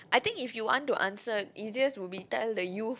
I think if you want to answer easiest will be tell the youth